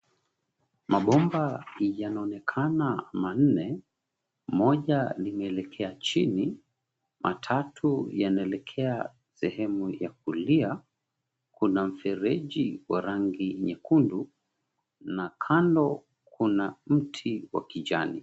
Mabomba yanaonekana manne. Mmoja limeelekea chini. Matatu yanaonekana sehemu ya kulia. Kuna mfereji wa rangi nyekundu na kando kuna mti wa kijani.